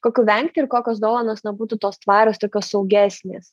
kokių vengti ir kokios dovanos na būtų tos tvarios tokios saugesnės